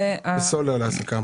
דיברתי על סולר להסקה.